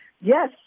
Yes